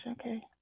Okay